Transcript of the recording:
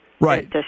Right